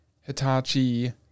hitachi